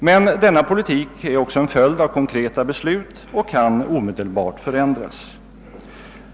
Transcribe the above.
Men denna politik är också en följd av konkreta beslut och kan omedelbart förändras.